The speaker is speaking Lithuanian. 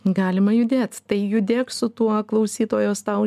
galima judėt tai judėk su tuo klausytojos tau